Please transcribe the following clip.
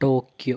Tokyo